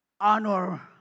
honor